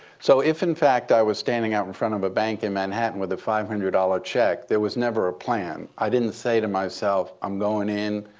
so if, in fact, i was standing out in front of a bank in manhattan with a five hundred dollars check, there was never a plan. i didn't say to myself, i'm going in,